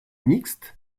mixte